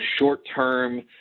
short-term